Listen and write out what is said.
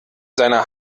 seiner